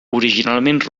originalment